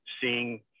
seeing